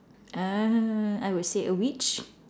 ah I would say a witch